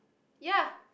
ya